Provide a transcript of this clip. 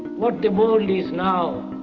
what the world is now,